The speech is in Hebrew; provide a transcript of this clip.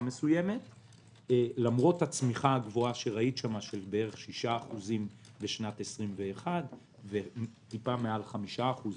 מסוימת למרות הצמיחה הגבוהה של 6% בשנת 2021 וטיפה מעל 5%